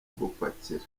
gupakira